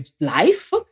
life